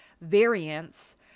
variants